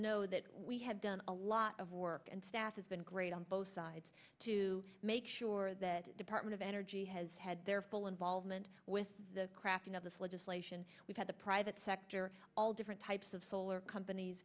know that we have done a lot of work and staff has been great on both sides to make sure that department of energy has had their full involvement with the crafting of this legislation we've had the private sector all different types of solar companies